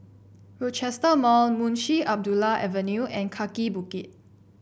Rochester Mall Munshi Abdullah Avenue and Kaki Bukit